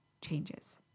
changes